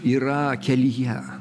yra kelyje